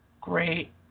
great